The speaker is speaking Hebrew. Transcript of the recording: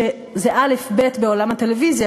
שזה אלף-בית בעולם הטלוויזיה,